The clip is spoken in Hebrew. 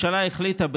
כשהקימו את המדינה הזאת,